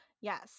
yes